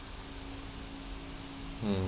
mm